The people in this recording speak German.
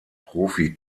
profi